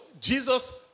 Jesus